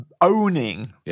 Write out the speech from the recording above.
owning